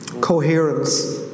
Coherence